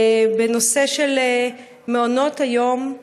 בנושא של מעונות היום,